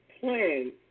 plan